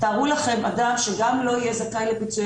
תארו לכם אדם שגם לא יהיה זכאי לפיצויי